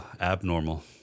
Abnormal